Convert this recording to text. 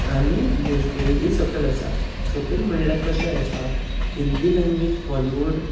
आनी भोजपुरी बी सकयल आसा सकयल म्हळ्यार कशें आसा हिंदी लँग्वेज बॉलीवूड